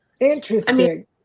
Interesting